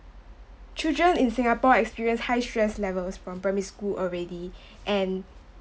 children in singapore experience high stress levels from primary school already and